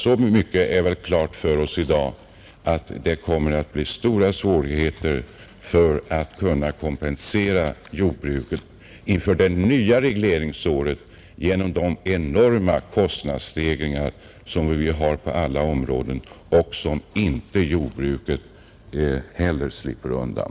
Så mycket är väl klart för oss i dag att det inför det nya regleringsåret kommer att bli mycket svårt att kompensera jordbruket för de enorma kostnadsstegringar som vi har på alla områden och som inte heller jordbruket slipper undan.